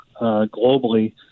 globally